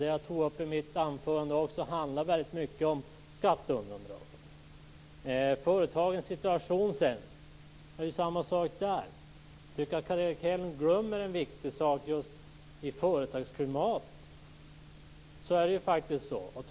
Det jag tog upp i mitt anförande handlar väldigt mycket om skatteundandragande. Samma sak gäller företagens situation. Jag tycker att Carl Erik Hedlund glömmer en viktig sak om företagsklimat.